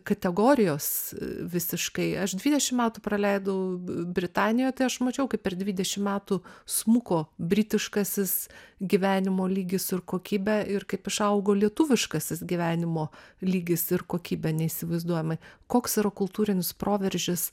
kategorijos visiškai aš dvidešim metų praleidau britanijoj tai aš mačiau kaip per dvidešim metų smuko britiškasis gyvenimo lygis ir kokybė ir kaip išaugo lietuviškasis gyvenimo lygis ir kokybė neįsivaizduojamai koks yra kultūrinis proveržis